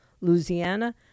Louisiana